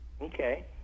Okay